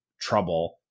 trouble